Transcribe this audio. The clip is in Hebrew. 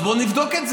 אז בואו נבדוק את זה.